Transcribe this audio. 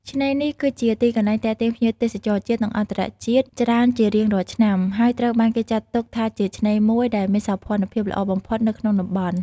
ឆ្នេរនេះគឺជាទីកន្លែងទាក់ទាញភ្ញៀវទេសចរជាតិ និងអន្តរជាតិច្រើនជារៀងរាល់ឆ្នាំ ហើយត្រូវបានគេចាត់ទុកថាជាឆ្នេរមួយដែលមានសោភ័ណភាពល្អបំផុតនៅ ក្នុងតំបន់។